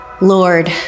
Lord